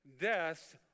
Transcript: death